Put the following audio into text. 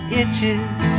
itches